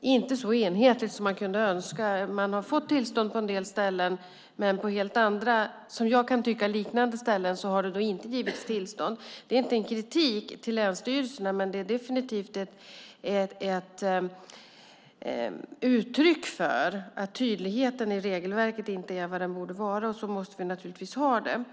inte är så enhetligt som man kunde önska. Man har fått tillstånd på en del ställen, men på andra, som jag kan tycka, liknande ställen har det inte givits tillstånd. Det är inte kritik mot länsstyrelserna, men det är definitivt ett uttryck för att tydligheten i regelverket inte är vad den borde vara, och så ska vi naturligtvis inte ha det.